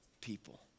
people